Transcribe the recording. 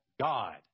God